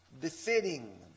befitting